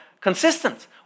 consistent